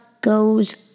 goes